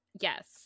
Yes